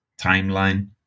timeline